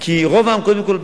כי קודם כול,